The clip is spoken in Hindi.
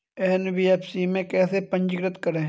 एन.बी.एफ.सी में कैसे पंजीकृत करें?